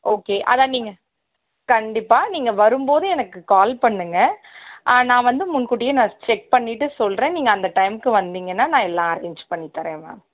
okay ஆனால் நீங்கள் கண்டிப்பாக நீங்கள் வரும்போது எனக்கு கால் பண்ணுங்க நான் வந்து முன்கூட்டியே நான் செக் பண்ணிவிட்டு சொல்கிறேன் நீங்கள் அந்த டைமுக்கு வந்தீங்கன்னால் நான் எல்லா அரேஞ்ச் பண்ணித் தரேன் மேம்